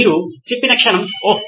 మీరు చెప్పిన క్షణం ఓహ్